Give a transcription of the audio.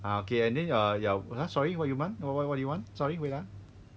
ah okay ya and then err ya sorry what you want no why what you want sorry wait ah